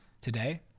Today